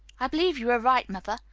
i believe you are right, mother.